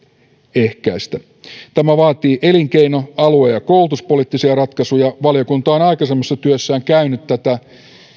ehkäistä tämä vaatii elinkeino alue ja koulutuspoliittisia ratkaisuja valiokunta on on aikaisemmassa työssään käynyt tätä